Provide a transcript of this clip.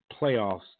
playoffs